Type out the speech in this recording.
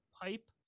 pipe